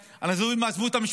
אנשים עזבו את הילדים שלהם,